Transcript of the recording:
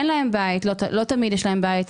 לא תמיד יש להם בית,